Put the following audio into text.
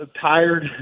tired